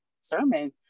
sermon